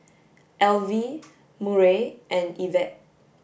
Alvie Murray and Evette